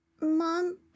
Mom